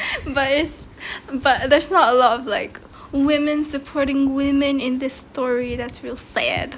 but but there's not a lot of like women supporting women in this story that's real sad